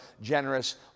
generous